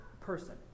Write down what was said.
person